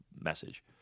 message